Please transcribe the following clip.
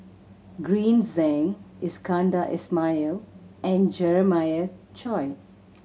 Green Zeng Iskandar Ismail and Jeremiah Choy